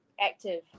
active